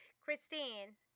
Christine